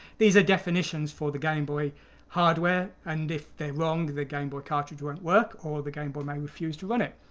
these are definitions for the game boy hardware and if they are wrong the game boy cartridge won't work or the game boy may refuse to run it.